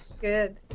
good